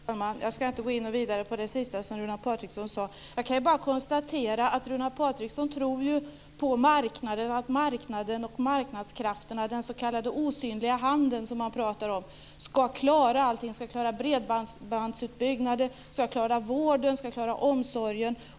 Fru talman! Jag ska inte gå in särskilt mycket på det sista som Runar Patriksson sade. Jag kan dock konstatera att Runar Patriksson tror på marknaden och på att marknaden och marknadskrafterna - den osynliga hand som det pratas om - ska klara allting. Det gäller då att klara bredbandsutbyggnaden, vården och omsorgen.